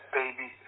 baby